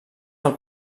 del